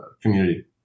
community